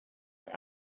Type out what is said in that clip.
were